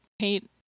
paint